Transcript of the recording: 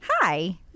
Hi